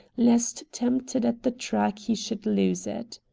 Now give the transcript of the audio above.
lest tempted at the track he should lose it.